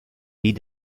die